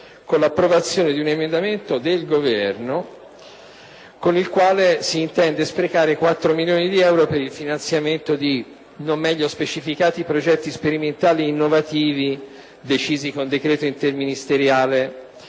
con l'approvazione di un emendamento del Governo, con il quale si intende sprecare 4 milioni di euro per il finanziamento di non meglio specificati progetti sperimentali ed innovativi, decisi con decreto interministeriale